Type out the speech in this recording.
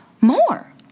more